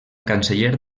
canceller